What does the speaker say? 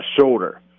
shoulder